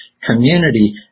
community